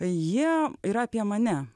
jie yra apie mane